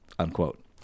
Unquote